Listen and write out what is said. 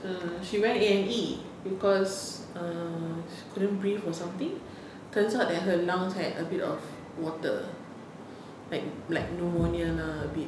err she went A&E because err couldn't breathe or something it turns out that her lungs had a bit of water like pneumonia lah a bit